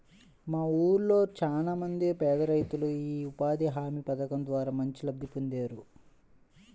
మా ఊళ్ళో చానా మంది పేదరైతులు యీ ఉపాధి హామీ పథకం ద్వారా మంచి లబ్ధి పొందేరు